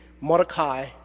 Mordecai